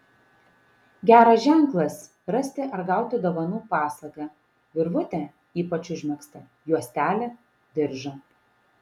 geras ženklas rasti ar gauti dovanų pasagą virvutę ypač užmegztą juostelę diržą